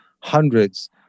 hundreds